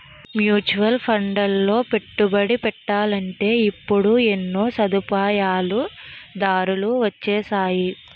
mutual ఫండ్లలో పెట్టుబడి పెట్టాలంటే ఇప్పుడు ఎన్నో సదుపాయాలు దారులు వొచ్చేసాయి